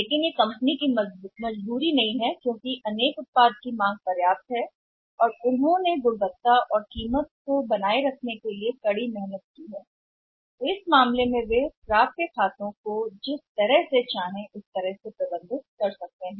लेकिन कंपनी की मजबूरी नहीं क्योंकि उनकी पर्याप्त मांग है उत्पाद और उनके पास कड़ी मेहनत करने के साथ साथ कीमत को बनाए रखने के लिए उत्कृष्टता भी है उस स्थिति में वे जिस तरह से चाहते थे खातों की प्राप्ति का प्रबंधन कर सकते हैं